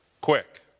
Quick